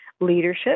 leadership